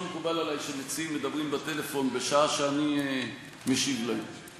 לא מקובל עלי שמציעים מדברים בטלפון בשעה שאני משיב להם.